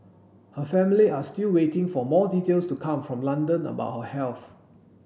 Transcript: her family are still waiting for more details to come from London about her health